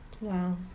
Wow